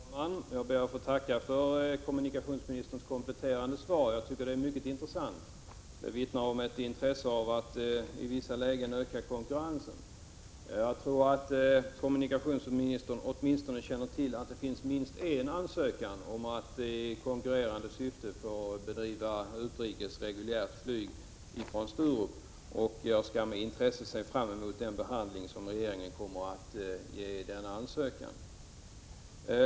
Herr talman! Jag ber att få tacka för kommunikationsministerns kompletterande svar. Jag tycker att det är mycket intressant. Det vittnar om ett intresse av att i vissa lägen öka konkurrensen. Jag tror att kommunikationsministern känner till att det finns åtminstone en ansökan om att i konkurrerande syfte få bedriva utrikes reguljärt flyg från Sturup, och jag ser med intresse fram emot den behandling som regeringen kommer att ge denna ansökan.